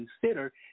consider